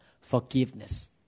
Forgiveness